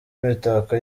imitako